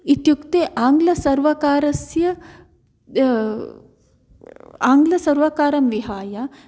इत्युक्ते आङ्ग्लसर्वकारस्य आङ्ग्लसर्वकारं विहाय